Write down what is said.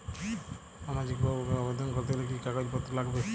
সামাজিক প্রকল্প এ আবেদন করতে গেলে কি কাগজ পত্র লাগবে?